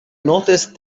noticed